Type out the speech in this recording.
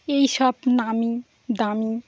এই সব নামী দামি